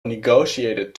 negotiated